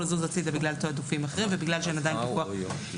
לזוז הצידה ובגלל שאין עדיין פיקוח בשטח.